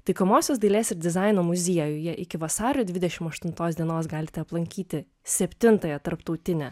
taikomosios dailės ir dizaino muziejuje iki vasario dvidešimt aštuntos dienos galite aplankyti septuntąją tarptautinę